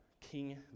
King